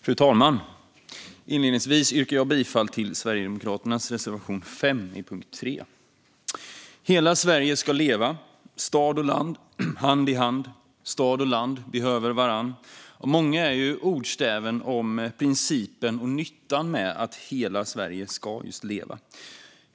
Fru talman! Inledningsvis yrkar jag bifall till Sverigedemokraternas reservation 5 under punkt 3. "Hela Sverige ska leva." "Stad och land, hand i hand." "Stad och land behöver varann." Många är ordstäven om principen och nyttan med att hela Sverige ska leva.